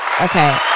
Okay